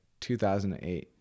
2008